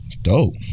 Dope